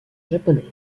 japonaise